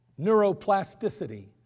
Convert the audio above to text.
neuroplasticity